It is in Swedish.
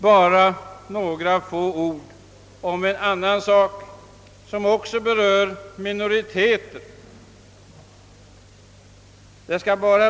Bara några få ord om en annan sak som också berör minoriteter.